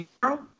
girl